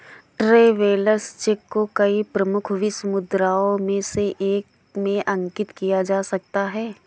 travellers cheque को कई प्रमुख विश्व मुद्राओं में से एक में अंकित किया जा सकता है